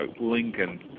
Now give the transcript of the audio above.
Lincoln